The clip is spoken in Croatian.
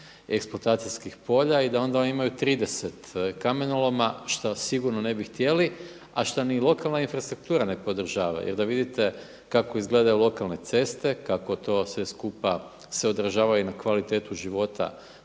eksploatacijskih polja i da onda oni imaju 30 kamenoloma šta sigurno ne bi htjeli a šta ni lokalna infrastruktura ne podržava. Jer da vidite kako izgledaju lokalne ceste, kako to sve skupa se odražava i na kvalitetu života